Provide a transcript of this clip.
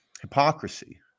hypocrisy